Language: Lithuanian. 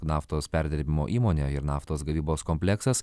naftos perdirbimo įmonę ir naftos gavybos kompleksas